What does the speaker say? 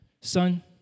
son